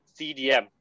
CDM